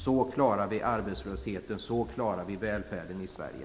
Så bekämpar vi arbetslösheten och klarar välfärden i Sverige.